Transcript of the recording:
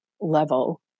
level